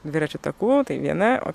dviračių takų tai viena o